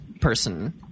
person